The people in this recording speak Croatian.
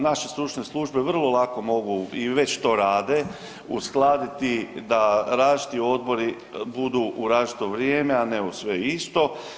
Naše stručne službe vrlo lako mogu i već to rade uskladiti da različiti odbori budu u različito vrijeme, a ne u sve isto.